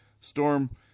Storm